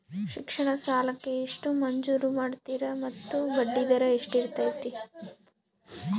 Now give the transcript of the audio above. ಶಿಕ್ಷಣ ಸಾಲಕ್ಕೆ ಎಷ್ಟು ಮಂಜೂರು ಮಾಡ್ತೇರಿ ಮತ್ತು ಬಡ್ಡಿದರ ಎಷ್ಟಿರ್ತೈತೆ?